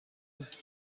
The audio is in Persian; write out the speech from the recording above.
بود